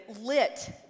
lit